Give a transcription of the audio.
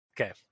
Okay